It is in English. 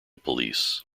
police